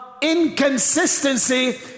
inconsistency